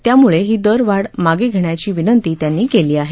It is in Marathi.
त्यामुळे ही दरवाढ मागे घेण्याची विनंती केली आहे